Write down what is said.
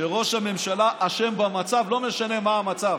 שראש הממשלה אשם במצב, לא משנה מה המצב.